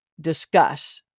discuss